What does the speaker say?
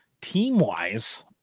team-wise